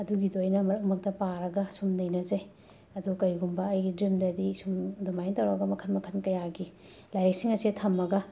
ꯑꯗꯨꯒꯤꯗꯣ ꯑꯩꯅ ꯃꯔꯛ ꯃꯔꯛꯇ ꯄꯥꯔꯒ ꯁꯨꯝ ꯅꯩꯅꯖꯩ ꯑꯗꯣ ꯀꯔꯤꯒꯨꯝꯕ ꯑꯩꯒꯤ ꯌꯨꯝꯗꯗꯤ ꯁꯨꯝ ꯑꯗꯨꯃꯥꯢꯅ ꯇꯧꯔꯒ ꯃꯈꯟ ꯃꯈꯟ ꯀꯌꯥꯒꯤ ꯂꯥꯏꯔꯤꯛꯁꯤꯡ ꯑꯁꯦ ꯊꯝꯃꯒ